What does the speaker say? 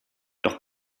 doch